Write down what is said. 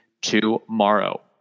tomorrow